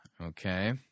Okay